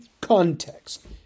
context